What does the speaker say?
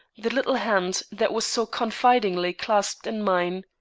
the little hand that was so confidingly clasped in mine.